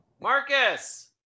Marcus